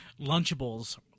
Lunchables